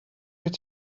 wyt